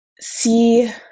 see